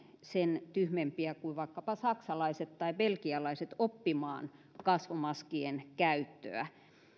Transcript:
sen tyhmempiä kuin vaikkapa saksalaiset tai belgialaiset oppimaan kasvomaskien käyttöä